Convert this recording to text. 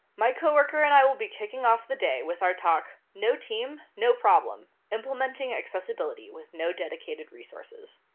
my co-worker and i will be kicking off the day with our talk, no team, no problem implementing accessibility with no dedicated resources.